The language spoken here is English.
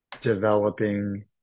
developing